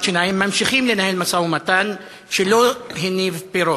שיניים ממשיכים לנהל משא-ומתן שלא הניב פירות.